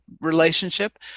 relationship